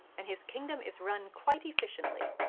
and his kingdom is run quite efficiently.